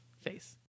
face